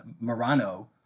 Murano